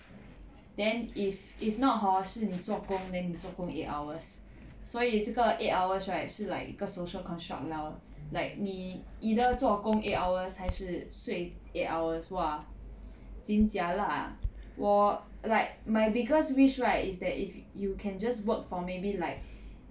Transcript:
then if if not hor 是你做工 then 你做工 eight hours 所以这个 eight hours right 是 like 一个 social construct lah like 你 either 做工 eight hours 还是睡 eight hours !wah! jin jialat ah 我 like my biggest wish right is that if you can just work for maybe like